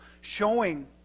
showing